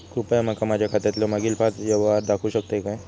कृपया माका माझ्या खात्यातलो मागील पाच यव्हहार दाखवु शकतय काय?